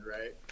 right